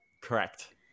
correct